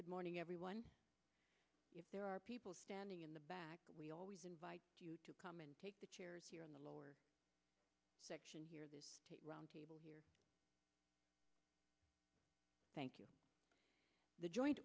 good morning everyone if there are people standing in the back we always invite you to come and take the chairs here in the lower section here the round table here thank you the joint